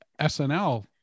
SNL